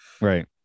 Right